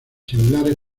similares